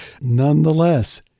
Nonetheless